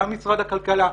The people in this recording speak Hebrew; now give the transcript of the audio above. גם משרד הכלכלה,